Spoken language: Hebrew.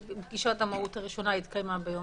פגישת המהו"ת התקיימה ביום